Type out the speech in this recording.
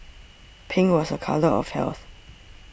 pink was a colour of health